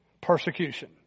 Persecution